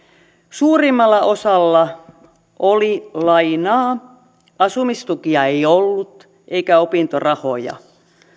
suurimmalla osalla oli lainaa asumistukia ei ollut eikä opintorahoja